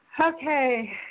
Okay